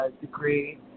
degree